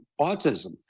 autism